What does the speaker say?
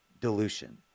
dilution